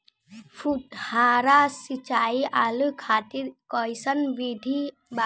फुहारा सिंचाई आलू खातिर कइसन विधि बा?